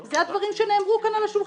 אלה הדברים שנאמרו כאן על השולחן.